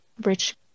rich